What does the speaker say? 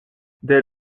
dès